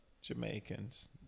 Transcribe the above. Jamaicans